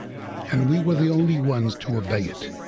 and we were the only ones to obey it.